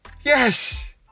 Yes